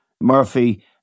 Murphy